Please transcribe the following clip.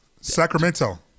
Sacramento